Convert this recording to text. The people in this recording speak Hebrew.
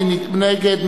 מי נגד?